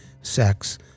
sex